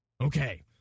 Okay